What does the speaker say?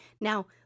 Now